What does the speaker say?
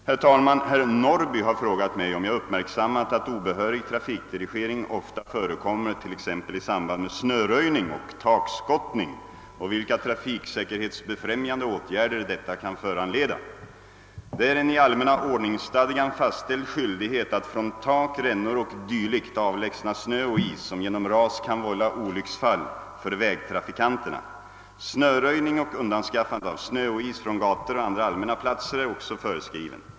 Herr talman! Herr Norrby har frågat mig, om jag uppmärksammat att obehörig trafikdirigering ofta förekommer t.ex. i samband med snöröjning och takskottning och vilka trafiksäkerhetsbefrämjande åtgärder detta kan föranleda. Det är en i allmänna ordningsstadgan fastställd skyldighet att från tak, rännor och dylikt avlägsna snö och is som genom ras kan vålla olycksfall för vägtrafikanterna. Snöröjning och undanskaffande av snö och is från gator och andra allmänna platser är också föreskriven.